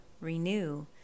renew